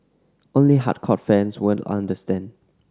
only hardcore fans would understand